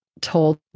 told